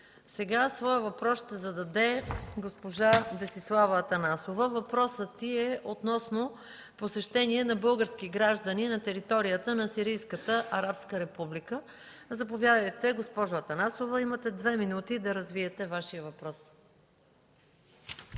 Сега своя въпрос ще зададе госпожа Десислава Атанасова относно посещение на български гражданин на територията на Сирийската арабска република. Заповядайте, госпожо Атанасова, имате две минути да развиете Вашия въпрос.